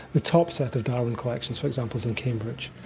the top set of darwin collections, for example, is in cambridge.